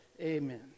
Amen